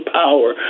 power